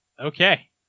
Okay